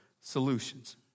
Solutions